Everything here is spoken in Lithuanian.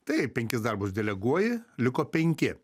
taip penkis darbus deleguoji liko penki